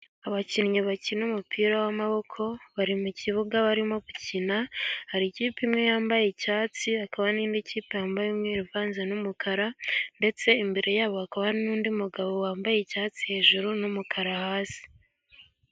Abakinnyi bakina umupira w'amaboko bari mukibuga, barimo gukina, hari ikipe imwe yambaye icyatsi, hakaba n'indi kipe yambaye umweru uvanze n'umukara, ndetse imbere ya bo hakaba n'undi mugabo wambaye icyatsi hejuru, n'umukara hasi.